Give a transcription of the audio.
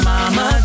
Mama